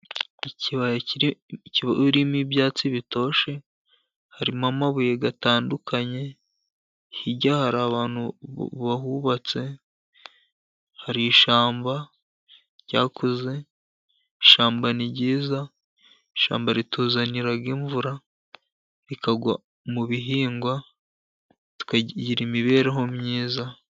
Ikibaya kirimo ibyatsi bitoshye, harimo amabuye atandukanye, hirya hari abantu bahubatse, hari ishyamba ryakuze, ishyamba ni ryiza, ishyamba rituzanira imvura ikagwa mu bihingwa, tukagira imibereho myiza.